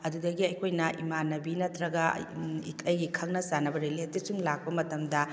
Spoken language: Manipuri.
ꯑꯗꯨꯗꯒꯤ ꯑꯩꯈꯣꯏꯅ ꯏꯃꯥꯅꯕꯤ ꯅꯠꯇ꯭ꯔꯒ ꯑꯩꯒꯤ ꯈꯪꯅ ꯆꯥꯟꯅꯕ ꯔꯤꯂꯦꯇꯤꯕꯁꯤꯡ ꯂꯥꯛꯄ ꯃꯇꯝꯗ